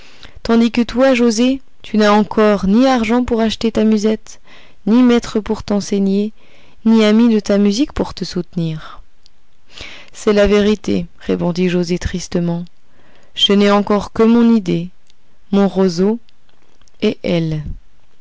tandis que toi joset tu n'as encore ni argent pour acheter ta musette ni maître pour t'enseigner ni amis de ta musique pour te soutenir c'est la vérité répondit joset tristement je n'ai encore que mon idée mon roseau et elle